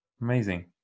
amazing